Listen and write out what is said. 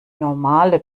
normale